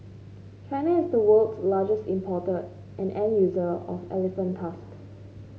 China is the world's largest importer and end user of elephant tusks